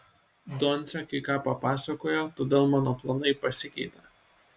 doncė kai ką papasakojo todėl mano planai pasikeitė